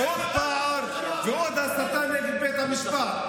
עוד פעם, עוד הסתה נגד בית המשפט.